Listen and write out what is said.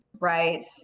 right